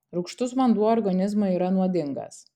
rūgštus vanduo organizmui yra nuodingas